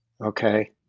okay